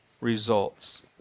results